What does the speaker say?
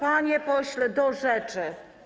Panie pośle, do rzeczy.